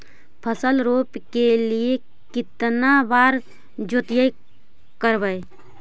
फसल रोप के लिय कितना बार जोतई करबय?